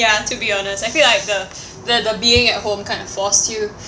ya to be honest I feel like the the the being at home kind of forced you